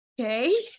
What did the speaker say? okay